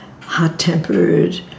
hot-tempered